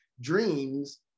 dreams